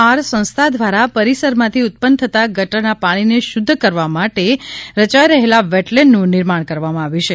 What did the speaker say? R સંસ્થા દ્વારા પરિસરમાંથી ઉત્પન્ન થતા ગટરના પાણીને શુધ્ધ કરવા માટે રચાઇ રહેલા વેટલેન્ડનુ નિર્માણ કરવામાં આવ્યું છે